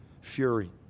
fury